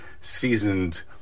seasoned